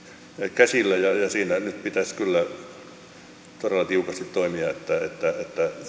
käsillä ja ja siinä nyt pitäisi kyllä todella tiukasti toimia että